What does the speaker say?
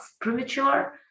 premature